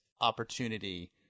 opportunity